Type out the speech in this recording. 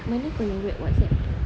mana kau punya web WhatsApp